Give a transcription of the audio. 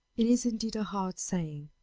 it is indeed a hard saying,